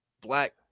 black